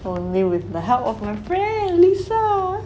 only with the help of my friend lisa